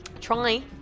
try